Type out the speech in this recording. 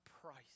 price